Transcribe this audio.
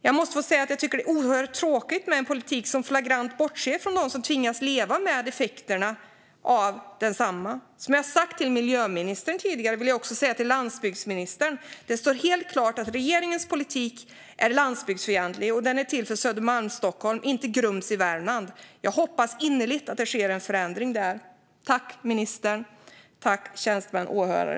Jag måste få säga att jag tycker att det är oerhört tråkigt med en politik som flagrant bortser från dem som tvingas leva med effekterna av densamma, och jag vill säga till landsbygdsministern det som jag har sagt till miljöministern tidigare, nämligen att det står helt klart att regeringens politik är landsbygdsfientlig. Den är till för Södermalmsstockholm och inte för Grums i Värmland. Jag hoppas innerligt att det sker en förändring. Tack till ministern, tjänstemän och åhörare!